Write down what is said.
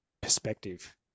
perspective